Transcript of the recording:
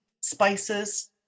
spices